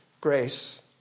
grace